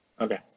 Okay